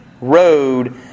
road